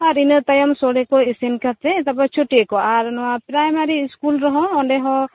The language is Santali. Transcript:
ᱟᱨ ᱤᱱᱟ ᱛᱟᱭᱚᱢ ᱥᱚᱲᱮ ᱠᱚ ᱤᱥᱤᱱ ᱠᱟᱛᱮᱫ ᱛᱟᱯᱚᱨᱮ ᱪᱷᱩᱴᱤᱜ ᱟᱠᱚ ᱟᱨ ᱱᱚᱶᱟ ᱯᱨᱟᱭᱢᱟᱨᱤ ᱥᱠᱩᱞ ᱨᱮᱦᱚᱸ ᱚᱸᱰᱮ ᱦᱚᱸ